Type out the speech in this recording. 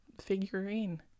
figurine